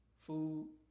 Food